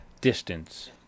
distance